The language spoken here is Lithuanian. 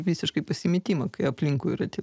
visiškai pasimetimą kai aplinkui yra tie